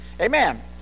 Amen